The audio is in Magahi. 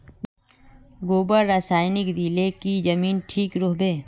गोबर रासायनिक दिले की जमीन ठिक रोहबे?